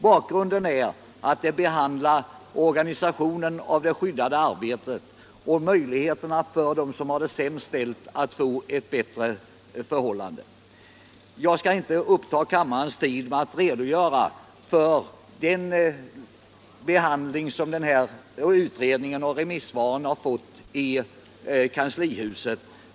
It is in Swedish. Bakgrunden är att dessa motioner behandlar organisationen av det skyddade arbetet och möjligheterna för dem som har det sämst ställt att få bättre förhållanden. Jag skall inte ta upp kammarens tid med att redogöra för den behandling som utredningen och remissvaren fått i kanslihuset.